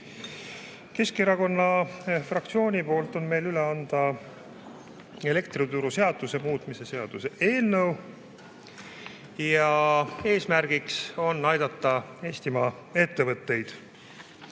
Keskerakonna fraktsiooni poolt üle anda elektrituruseaduse muutmise seaduse eelnõu ja eesmärk on aidata Eestimaa ettevõtteid